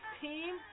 team